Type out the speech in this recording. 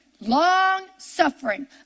Long-suffering